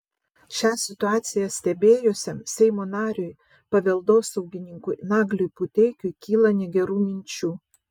šią situaciją stebėjusiam seimo nariui paveldosaugininkui nagliui puteikiui kyla negerų minčių